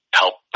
help